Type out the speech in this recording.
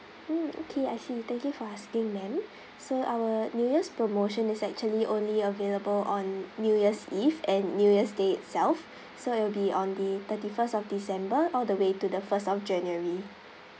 mm okay I see thank you for asking ma'am so our new year's promotion is actually only available on new year's eve and new year's day itself so it will be on the thirty first of december all the way to the first of january